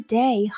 day